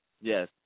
Yes